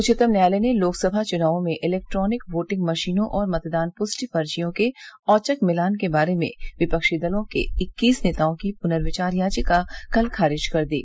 उच्चतम न्यायालय ने लोकसभा चुनावों में इलेक्ट्रॉनिक वोटिंग मशीनों और मतदान पुष्टि पर्चियों के औचक मिलान के बारे में विपक्षी दलों के इक्कीस नेताओं की पुनर्विचार याचिका कल खारिज कर दी